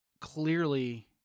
clearly